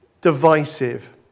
divisive